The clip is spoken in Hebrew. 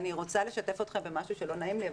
אני רוצה לשתף אותך במשהו שלא נעים לי.